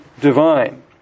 divine